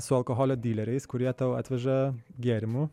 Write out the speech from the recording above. su alkoholio dileriais kurie tau atveža gėrimų